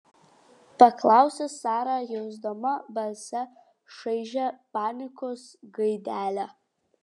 paklausė sara jusdama balse šaižią panikos gaidelę